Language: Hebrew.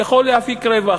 יכול להפיק רווח,